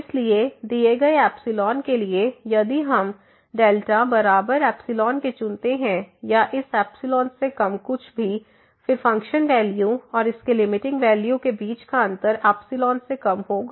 इसलिए दिए गए के लिए यदि हम बराबर के चुनते हैं या इस से कम कुछ भी फिर फंक्शन वैल्यू और इसके लिमिटिंग वैल्यू के बीच का अंतर से कम होगा